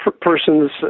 Persons